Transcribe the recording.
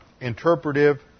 interpretive